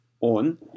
on